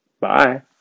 Bye